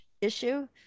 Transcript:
issue